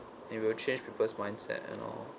it will change people's mindset and all